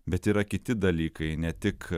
bet yra kiti dalykai ne tik